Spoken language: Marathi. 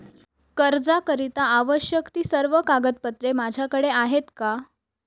कर्जाकरीता आवश्यक ति सर्व कागदपत्रे माझ्याकडे आहेत का?